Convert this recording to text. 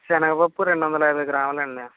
సెనగపప్పు రెండు వందల యాభై గ్రాములండి